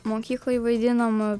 mokykloj vaidinama